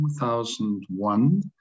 2001